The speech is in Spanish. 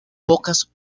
pocas